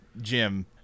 Jim